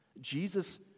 Jesus